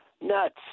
nuts